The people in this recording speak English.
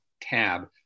tab